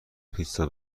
پیتزا